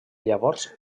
llavors